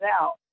out